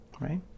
right